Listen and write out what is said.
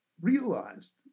realized